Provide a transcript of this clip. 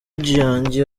yanjye